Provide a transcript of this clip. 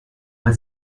mal